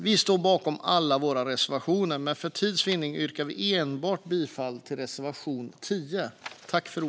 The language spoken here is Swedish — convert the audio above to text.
Vi står bakom alla våra reservationer, men för tids vinnande yrkar vi bifall enbart till reservation 10.